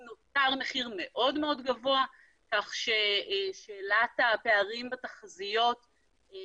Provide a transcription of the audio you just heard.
הוא נותר מחיר מאוד מאוד גבוה כך ששאלת הפערים בתחזיות היא